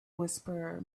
whisperer